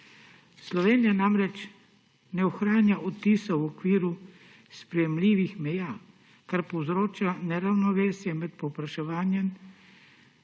Slovenija namreč ne ohranja odtisa v okviru sprejemljivih meja, kar povzroča neravnovesje med povpraševanjem